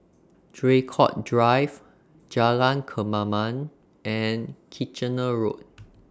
Draycott Drive Jalan Kemaman and Kitchener Road